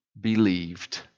believed